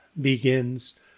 begins